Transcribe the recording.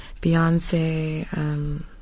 Beyonce